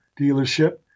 dealership